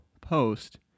post